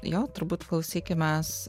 jo turbūt klausykimės